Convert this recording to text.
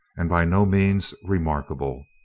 and by no means remarkable.